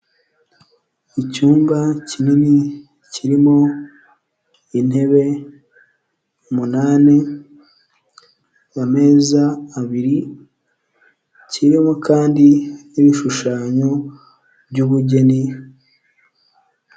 Icyumba kinini kirimo intebe umunani, amezi abiri kirimo kandi n'ibishushanyo by'umugeni.